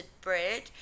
bread